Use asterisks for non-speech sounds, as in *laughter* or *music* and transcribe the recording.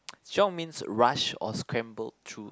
*noise* chiong means rush or scrambled through